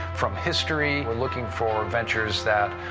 from history, we're looking for ventures that,